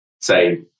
say